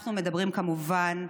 אנחנו מדברים, כמובן,